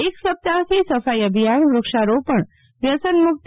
એક સપ્તાહ્ થી સફાઈ અભિયાનવુક્ષા રોપણવ્યસન મુક્તિ